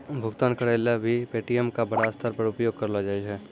भुगतान करय ल भी पे.टी.एम का बड़ा स्तर पर उपयोग करलो जाय छै